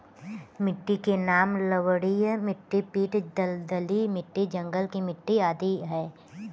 मिट्टी के नाम लवणीय मिट्टी, पीट दलदली मिट्टी, जंगल की मिट्टी आदि है